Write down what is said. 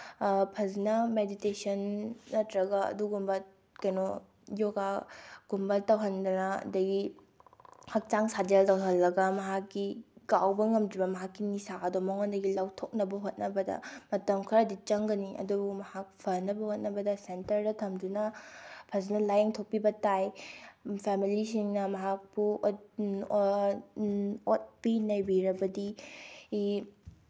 ꯐꯖꯅ ꯃꯦꯗꯤꯇꯦꯁꯟ ꯅꯠꯇ꯭ꯔꯒ ꯑꯗꯨꯒꯨꯝꯕ ꯀꯩꯅꯣ ꯌꯣꯒꯥꯒꯨꯝꯕ ꯇꯧꯍꯟꯗꯅ ꯑꯗꯒꯤ ꯍꯛꯆꯥꯡ ꯁꯥꯖꯦꯜ ꯇꯧꯍꯜꯂꯒ ꯃꯍꯥꯛꯀꯤ ꯀꯥꯎꯕ ꯉꯝꯗ꯭ꯔꯤꯕ ꯃꯍꯥꯛꯀꯤ ꯅꯤꯁꯥꯗꯣ ꯃꯉꯣꯟꯗꯒꯤ ꯂꯧꯊꯣꯛꯅꯕ ꯍꯣꯠꯅꯕꯗ ꯃꯇꯝ ꯈꯔꯗꯤ ꯆꯪꯒꯅꯤ ꯑꯗꯨꯕꯨ ꯃꯍꯥꯛ ꯐꯅꯕ ꯍꯣꯠꯅꯕꯗ ꯁꯦꯟꯇꯔꯗ ꯊꯝꯗꯨꯅ ꯐꯖꯅ ꯂꯥꯏꯌꯦꯡꯊꯣꯛꯄꯤꯕ ꯇꯥꯏ ꯐꯦꯃꯤꯂꯤꯁꯤꯡꯅ ꯃꯍꯥꯛꯄꯨ ꯑꯣꯠꯄꯤ ꯅꯩꯕꯤꯔꯕꯗꯤ